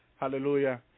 Hallelujah